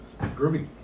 Groovy